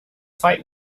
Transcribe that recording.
fight